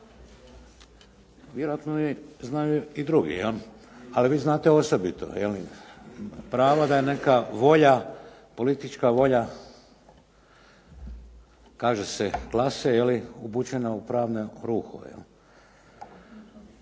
Vjerojatno znaju i drugi, ali vi znate osobito. Pravo da je neka volja, politička volja kaže se klase upućena u pravno ruho.